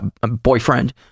boyfriend